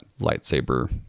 lightsaber